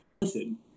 listen